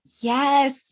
Yes